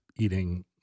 eating